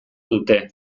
dute